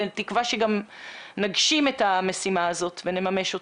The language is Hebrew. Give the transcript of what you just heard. בתקווה שגם נגשים את המשימה הזאת ונממש אותה.